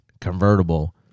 convertible